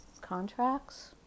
contracts